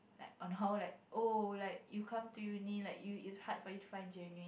like on how like oh like you come to uni like you it's hard for you to find genuine